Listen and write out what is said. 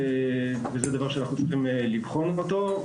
זה דבר שאנחנו צריכים לבחון אותו.